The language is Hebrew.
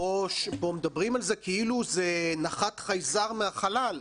פה מדברים על זה כאילו נחת חייזר מהחלל.